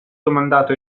domandato